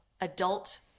adult